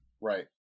Right